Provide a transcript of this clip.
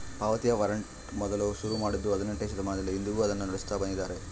ಪಾವತಿಯ ವಾರಂಟ್ ಮೊದಲು ಶುರು ಮಾಡಿದ್ದೂ ಹದಿನೆಂಟನೆಯ ಶತಮಾನದಲ್ಲಿ, ಇಂದಿಗೂ ಅದನ್ನು ನಡೆಸುತ್ತ ಬಂದಿದ್ದಾರೆ